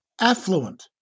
affluent